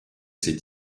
ses